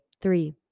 Three